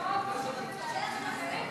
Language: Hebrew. להיות בשוויון,